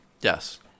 Yes